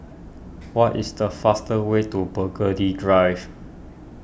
what is the fast way to Burgundy Drive